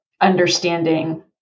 understanding